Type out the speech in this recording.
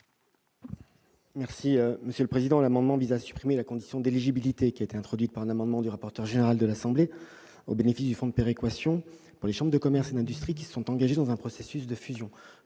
du Gouvernement ? Cet amendement vise à supprimer la condition d'éligibilité introduite par un amendement du rapporteur général de l'Assemblée nationale au bénéfice du fonds de péréquation pour les chambres de commerce et d'industrie qui sont engagées dans un processus de fusion.